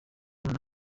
abana